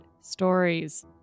stories